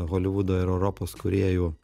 holivudo ir europos kūrėjų